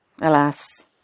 Alas